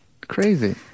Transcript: Crazy